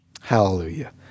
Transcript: Hallelujah